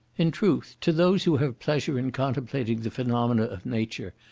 in truth, to those who have pleasure in contemplating the phenomena of nature,